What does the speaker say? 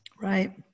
Right